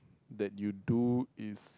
that you do is